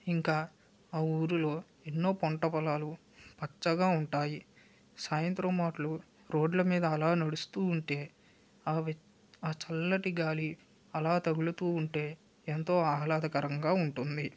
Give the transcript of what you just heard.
ఇంకా ఆ ఊరిలో ఎన్నో పంట పొలాలు పచ్చగా ఉంటాయి సాయంత్రం మాట్లు రోడ్లమీద అలా నడుస్తూ ఉంటే ఆ ఆ చల్లటి గాలి అలా తగులుతూ ఉంటే ఎంతో ఆహ్లాదకరంగా ఉంటుంది